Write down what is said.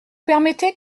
permettez